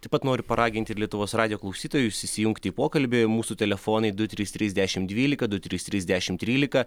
taip pat noriu paraginti lietuvos radijo klausytojus įsijungti į pokalbį mūsų telefonai du trys trys dešimt dvylika du trys trys dešimt trylika